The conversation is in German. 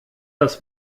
das